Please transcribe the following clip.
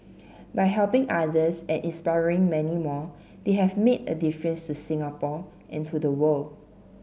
by helping others and inspiring many more they have made a difference to Singapore and to the world